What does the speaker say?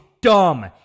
dumb